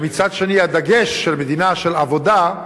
ומצד שני, הדגש של מדינה, של עבודה,